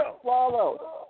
Swallow